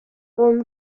باز